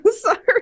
sorry